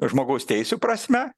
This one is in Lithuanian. žmogaus teisių prasme